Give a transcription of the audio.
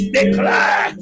Declare